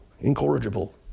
incorrigible